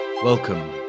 Welcome